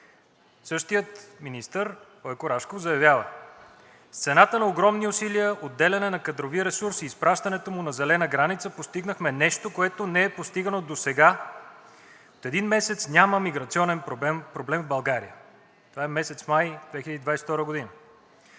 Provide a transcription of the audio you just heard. същият министър Бойко Рашков заявява: „С цената на огромни усилия, отделяне на кадрови ресурс и изпращането му на зелена граница постигнахме нещо, което не е постигано досега – от един месец няма миграционен проблем в България“, това е месец май 2022 г.